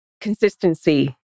consistency